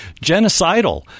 Genocidal